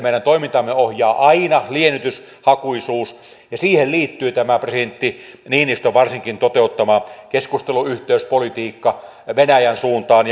meidän toimintaamme ohjaa aina liennytyshakuisuus ja siihen liittyy tämä varsinkin presidentti niinistön toteuttama keskusteluyhteyspolitiikka venäjän suuntaan